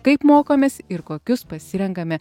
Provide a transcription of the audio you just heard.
kaip mokomės ir kokius pasirenkame